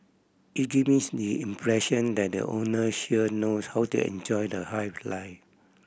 it give me impression that the owner sure knows how to enjoy the high life